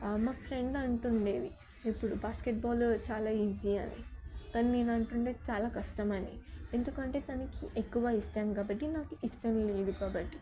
మా ఫ్రెండ్ అంటు ఉండేది ఎప్పుడు బాస్కెట్బాల్ చాలా ఈజీ అని కానీ నేను అంటు ఉండే చాలా కష్టం అని ఎందుకంటే తనకు ఎక్కువ ఇష్టం కాబట్టి నాకు ఇష్టం లేదు కాబట్టి